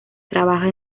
trabaja